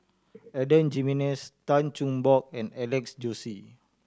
Adan Jimenez Tan Cheng Bock and Alex Josey